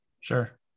Sure